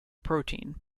protein